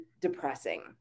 depressing